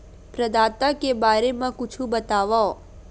प्रदाता के बारे मा कुछु बतावव?